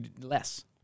less